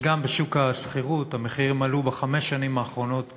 אז גם בשוק השכירות המחירים עלו בחמש שנים האחרונות ב-49%.